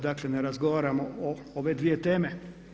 Dakle, ne razgovaramo o ove dvije teme.